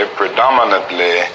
predominantly